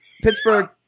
Pittsburgh